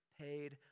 paid